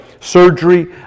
surgery